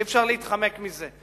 אי-אפשר להתחמק מזה.